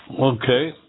Okay